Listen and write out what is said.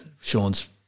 Sean's